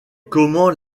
comment